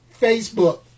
Facebook